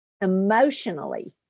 emotionally